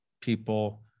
people